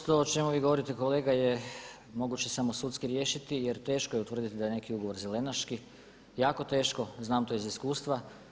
Nažalost, to o čemu vi govorite kolega je moguće samo sudski riješiti jer teško je utvrditi da je neki ugovor zelenaški, jako teško, znam to iz iskustva.